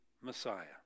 Messiah